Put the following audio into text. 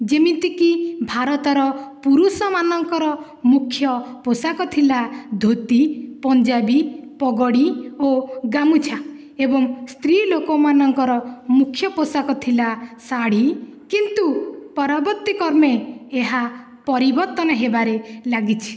ଯେମିତିକି ଭାରତର ପୁରୁଷ ମାନଙ୍କର ମୁଖ୍ୟ ପୋଷାକ ଥିଲା ଧୋତି ପଞ୍ଜାବୀ ପଗଡ଼ି ଓ ଗାମୁଛା ଏଵଂ ସ୍ତ୍ରୀ ଲୋକ ମାନଙ୍କର ମୁଖ୍ୟ ପୋଷାକ ଥିଲା ଶାଢ଼ୀ କିନ୍ତୁ ପରବର୍ତ୍ତୀ କ୍ରମେ ଏହା ପରିବର୍ତ୍ତନ ହେବାରେ ଲାଗିଛି